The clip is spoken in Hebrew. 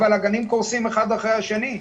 אבל הגנים קורסים אחד אחרי השני.